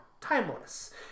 timeless